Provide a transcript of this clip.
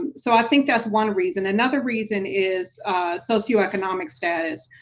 and so i think that's one reason. another reason is socioeconomic status,